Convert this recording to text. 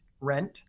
rent